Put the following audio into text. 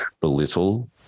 belittle